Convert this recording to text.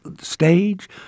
stage